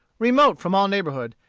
remote from all neighborhood,